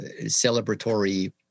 celebratory